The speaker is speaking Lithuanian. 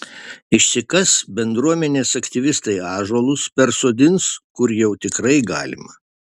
išsikas bendruomenės aktyvistai ąžuolus persodins kur jau tikrai galima